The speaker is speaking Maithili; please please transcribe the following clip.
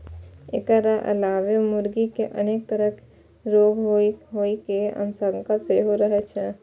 एकर अलावे मुर्गी कें अनेक तरहक रोग होइ के आशंका सेहो रहै छै